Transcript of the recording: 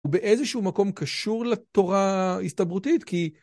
באיזשהו מקום קשור לתורה הסתברותית כי